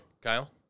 Kyle